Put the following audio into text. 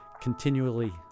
continually